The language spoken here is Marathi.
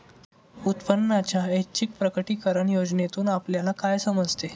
उत्पन्नाच्या ऐच्छिक प्रकटीकरण योजनेतून आपल्याला काय समजते?